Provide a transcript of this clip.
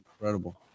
incredible